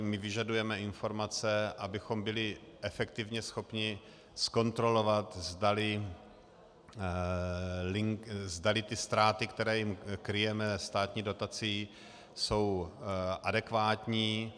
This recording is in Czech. My vyžadujeme informace, abychom byli efektivně schopni zkontrolovat, zdali ztráty, které jim kryjeme státní dotací, jsou adekvátní.